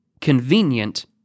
convenient